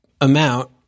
amount